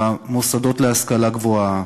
במוסדות להשכלה גבוהה,